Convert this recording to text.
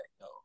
no